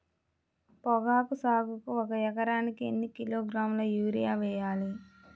పొగాకు సాగుకు ఒక ఎకరానికి ఎన్ని కిలోగ్రాముల యూరియా వేయాలి?